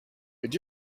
did